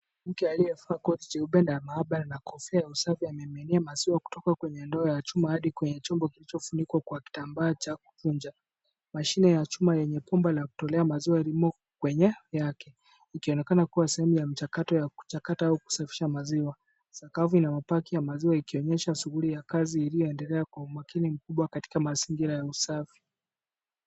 Mtu aliyevaa koti jeupe la maabara na kofia usafi, amemiminia maziwa kutoka kwenye ndoo ya chuma hadi kwenye chombo kilichofunikwa kwa kitambaa cha kukunja. Mashini ya chuma yenye bomba la kutolea maziwa limo kwenye eneo yake. Iikionekana kua sehemu ya mchakato yakuchakata au kusafisha maziwa. Sakafu ina mabaki ya maziwa, ikionyesha shughuli ya kazi iliyoendelea kwa umakini mkubwa katika mazingira ya usafi.